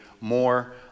more